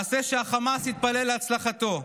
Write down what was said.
מעשה שהחמאס התפלל להצלחתו,